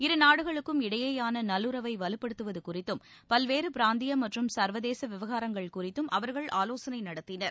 இரு நாடுகளுக்கும் இடையேயான நல்லுறவை வலுப்படுத்துவது குறித்தும் பல்வேறு பிராந்திய மற்றும் சர்வதேச விவகாரங்கள் குறித்தும் அவர்கள் ஆலோசனை நடத்தினர்